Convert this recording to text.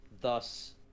thus